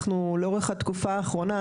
אנחנו לאורך התקופה האחרונה,